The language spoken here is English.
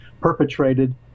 perpetrated